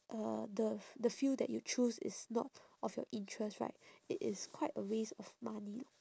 uh the f~ the field that you choose is not of your interest right it is quite a waste of money